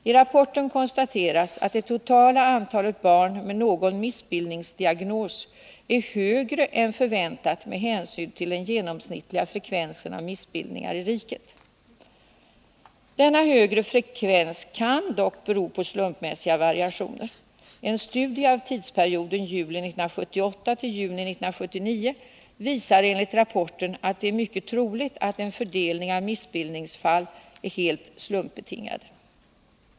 I rapporten konstateras att det totala antalet barn med någon missbildningsdiagnos är högre än förväntat med hänsyn till den genomsnittliga frekvensen av missbildningar i riket. Denna högre frekvens kan dock bero på slumpmässiga variationer. En studie av tidsperioden juli 1978-juni 1979 visar enligt rapporten att det är mycket troligt att fördelningen av missbildningsfall är helt slumpbetingad.